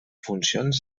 funcions